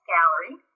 Gallery